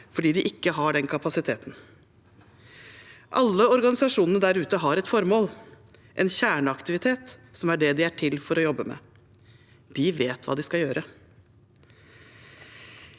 fordi de ikke har den kapasiteten. Alle organisasjonene der ute har et formål, en kjerneaktivitet, som er det de er til for å jobbe med. De vet hva de skal gjøre,